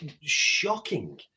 shocking